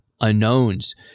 unknowns